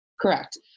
Correct